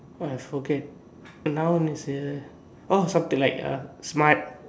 I forget now next year orh shop to like smart